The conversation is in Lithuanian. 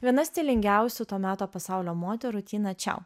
viena stilingiausių to meto pasaulio moterų tina čiau